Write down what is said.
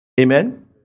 Amen